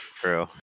true